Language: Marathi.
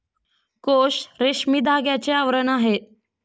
कोश रेशमी धाग्याचे आवरण आहे